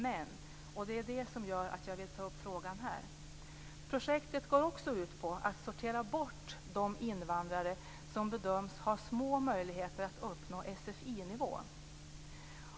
Men, och det är det som gör att jag vill ta upp frågan här, projektet går också ut på att sortera bort de invandrare som bedöms ha små möjligheter att uppnå sfi-nivå.